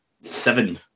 seven